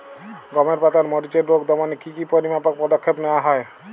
গমের পাতার মরিচের রোগ দমনে কি কি পরিমাপক পদক্ষেপ নেওয়া হয়?